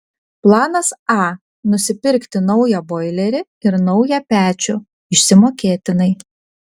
planas a nusipirkti naują boilerį ir naują pečių išsimokėtinai